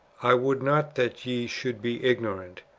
i would not that ye should be ignorant,